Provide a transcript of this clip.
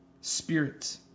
spirit